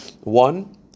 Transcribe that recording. One